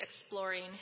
exploring